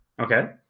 Okay